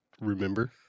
remember